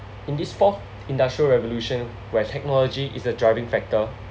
in this fourth industrial revolution where technology is the driving factor